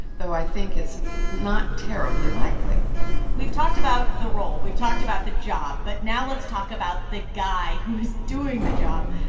though i think it's not terribly likely we've talked about the role. we've talked about the job, but now let's talk about the guy who is doing the job,